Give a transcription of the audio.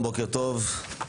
בוקר טוב,